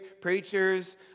preachers